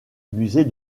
musée